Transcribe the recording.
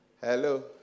Hello